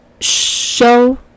show